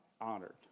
honored